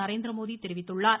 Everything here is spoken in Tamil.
நரேந்திரமோடி தெரிவித்துள்ளார்